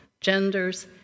genders